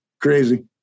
crazy